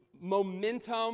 momentum